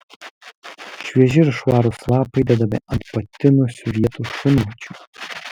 švieži ir švarūs lapai dedami ant patinusių vietų šunvočių